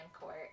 court